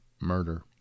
Murder